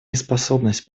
неспособность